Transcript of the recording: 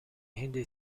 hindi